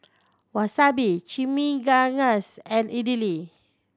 Wasabi Chimichangas and Idili